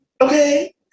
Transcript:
Okay